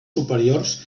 superiors